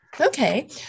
Okay